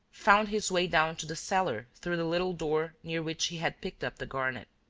found his way down to the cellar through the little door near which he had picked up the garnet.